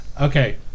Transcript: Okay